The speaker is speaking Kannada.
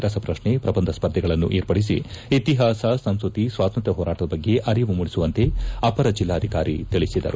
ರಸಪ್ರಕ್ಷೆ ಪ್ರಬಂಧ ಸ್ಪರ್ಧೆಗಳನ್ನು ವಿರ್ಪಡಿಸಿ ಇತಿಹಾಸ ಸಂಸ್ಟೃತಿ ಸ್ವಾತಂತ್ರ್ಯ ಹೋರಾಟದ ಬಗ್ಗೆ ಅರಿವು ಮೂಡಿಸುವಂತೆ ಅಪರ ಜಿಲ್ಲಾಧಿಕಾರಿ ತಿಳಿಸಿದರು